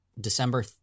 December